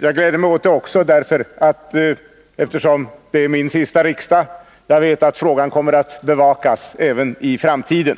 Jag gläder mig åt detta också därför att det här är mitt sista riksmöte och jag nu vet att frågan kommer att bevakas även i framtiden.